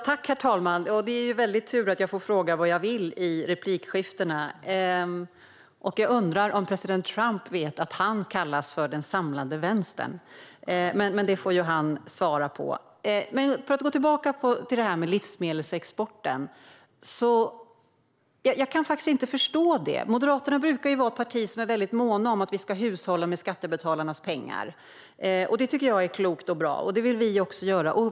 Herr talman! Det är en väldig tur att jag får fråga vad jag vill i replikskiftena. Jag undrar om president Trump vet att han kallas för den samlade vänstern. Men det får han svara på. För att gå tillbaka till det här med livsmedelsexporten: Jag kan faktiskt inte förstå detta. Moderaterna brukar ju vara ett parti som är väldigt månt om att vi ska hushålla med skattebetalarnas pengar. Det tycker jag är klokt och bra, och det vill vi också göra.